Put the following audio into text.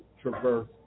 traverse